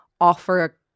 offer